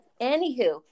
Anywho